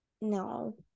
No